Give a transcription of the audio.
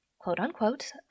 quote-unquote